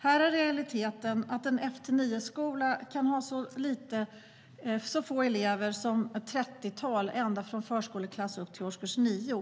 I realiteten kan en F-9-skola ha så få som trettiotalet elever från förskoleklass upp till årskurs 9.